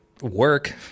work